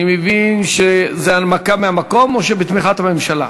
אני מבין שההנמקה מהמקום, או שבתמיכת הממשלה?